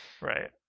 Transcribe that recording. Right